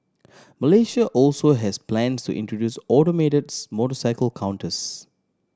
Malaysia also has plans to introduce automates motorcycle counters